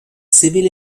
civil